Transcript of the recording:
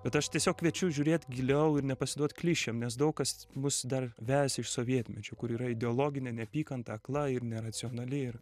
bet aš tiesiog kviečiu žiūrėt giliau ir nepasiduot klišėm nes daug kas mus dar vejas iš sovietmečio kur yra ideologinė neapykanta akla ir neracionali ir